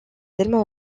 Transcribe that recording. tellement